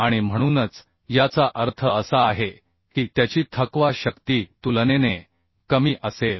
आणि म्हणूनच याचा अर्थ असा आहे की त्याची थकवा शक्ती तुलनेने कमी असेल